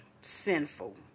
sinful